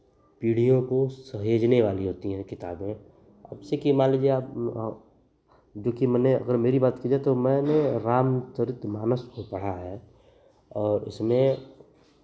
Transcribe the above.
पीढ़ियों को सहेजने वाली होती हैं किताबें अब जैसे कि मान लीजिए आप देखिए मने अगर मेरी बात कीजिए तो मैंने रामचरित मानस को पढ़ा है और इसमें